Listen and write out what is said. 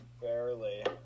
Barely